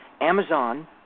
Amazon